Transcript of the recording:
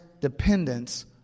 dependence